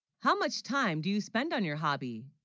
how much time do you spend on your hobby